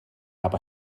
cap